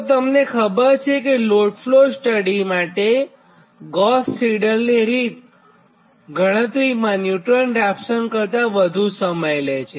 તો તમને ખબર છેકે લોડ ફ્લો સ્ટડી માટે ગોસ સિડલ રીત ગણતરીમાં ન્યુટન રાપ્સન કરતાં વધુ સમય લે છે